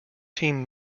team